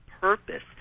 purpose